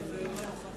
בממשלה לא נתקבלה.